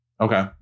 Okay